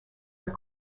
are